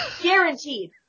Guaranteed